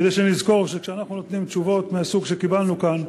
כדי שנזכור שכשאנחנו נותנים תשובות מהסוג שקיבלנו כאן,